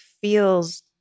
feels